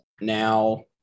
now